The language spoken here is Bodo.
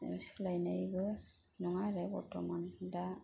सोलायनायबो नङा आरो बर्थमान दा